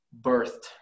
birthed